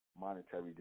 monetary